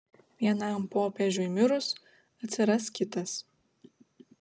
vienam popiežiui mirus atsiras kitas